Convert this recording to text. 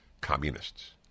communists